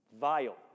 Vile